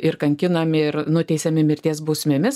ir kankinami ir nuteisiami mirties bausmėmis